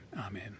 Amen